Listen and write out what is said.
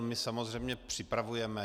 My samozřejmě připravujeme.